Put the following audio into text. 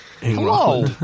Hello